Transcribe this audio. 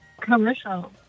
commercial